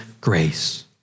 grace